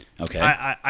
Okay